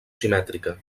simètrica